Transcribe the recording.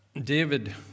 David